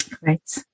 Right